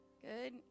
Good